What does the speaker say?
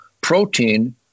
protein